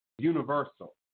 universal